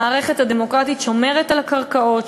המערכת הדמוקרטית שומרת על הקרקעות,